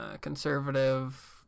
conservative